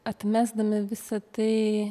atmesdami visa tai